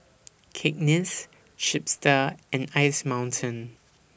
Cakenis Chipster and Ice Mountain